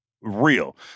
real